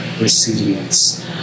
resilience